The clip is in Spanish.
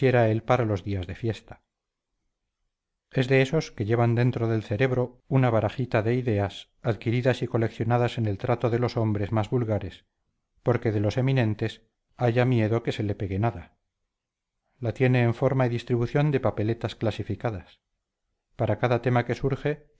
él para los días de fiesta es de esos que llevan dentro del cerebro una barajita de ideas adquiridas y coleccionadas en el trato de los hombres más vulgares porque de los eminentes haya miedo que se le pegue nada la tiene en forma y distribución de papeletas clasificadas para cada tema que surge